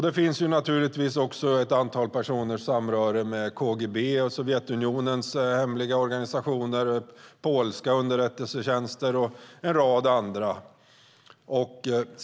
Det finns naturligtvis också uppgifter om ett antal personers samröre med KGB och Sovjetunionens hemliga organisationer, polska underrättelsetjänster och en rad andra.